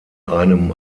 einem